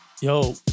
Yo